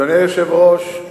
אדוני היושב-ראש,